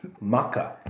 Maka